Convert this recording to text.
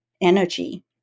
energy